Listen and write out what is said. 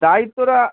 দায়ীত্বটা